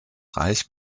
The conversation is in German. reich